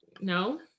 No